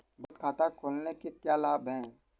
बचत खाता खोलने के क्या लाभ हैं?